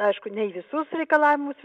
aišku ne į visus reikalavimus